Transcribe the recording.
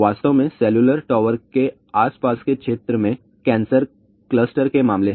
वास्तव में cellular tower के आसपास के क्षेत्र में कैंसर क्लस्टर के मामले हैं